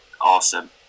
awesome